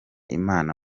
imana